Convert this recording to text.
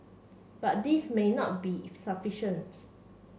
but this may not be sufficient